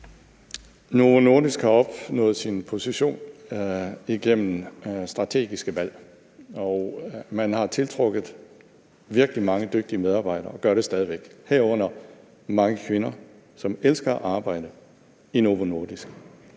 Novo Nordisk har opnået sin position igennem strategiske valg, og man har tiltrukket virkelig mange dygtige medarbejdere og gør det stadig væk, herunder mange kvinder, som elsker at arbejde i Novo Nordisk.